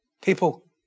People